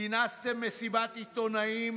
כינסתם מסיבת עיתונאים,